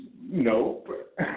nope